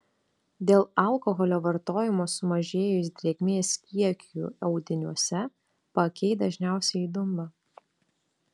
dėl alkoholio vartojimo sumažėjus drėgmės kiekiui audiniuose paakiai dažniausiai įdumba